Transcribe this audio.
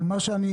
אבל בלי רכב.